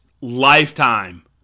lifetime